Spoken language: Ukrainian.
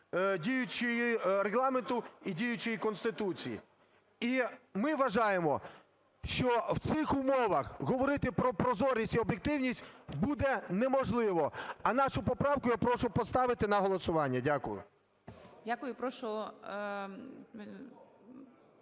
діючого Регламенту і діючої Конституції. І ми вважаємо, що в цих умовах говорити про прозорість і об'єктивність буде неможливо. А нашу поправку я прошу поставити на голосування. Дякую. ГОЛОВУЮЧИЙ.